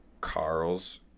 Carl's